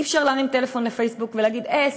אי-אפשר להרים טלפון ל"פייסבוק" ולהגיד: היי,